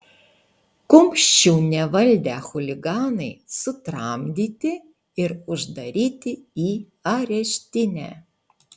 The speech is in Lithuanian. kumščių nevaldę chuliganai sutramdyti ir uždaryti į areštinę